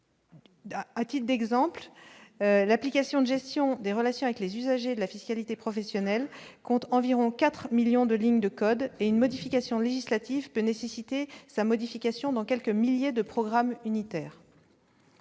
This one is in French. à titre d'exemple, l'application de gestion des relations avec les usagers de la fiscalité professionnelle compte environ 4 millions de lignes de code et une modification législative peut nécessiter sa modification dans quelques milliers de programmes unitaire.